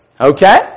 Okay